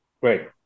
Great